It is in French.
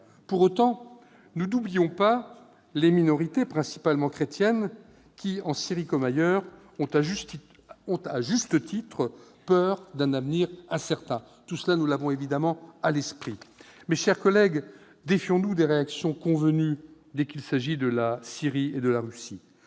Pour autant, nous n'oublions pas les minorités, principalement chrétiennes, qui, en Syrie comme ailleurs, ont à juste titre peur d'un avenir incertain. Mes chers collègues, défions-nous des réactions convenues dès qu'il s'agit de la Syrie et de la Russie.